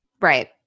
right